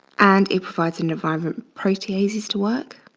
and it provides an environment proteases to work.